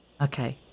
Okay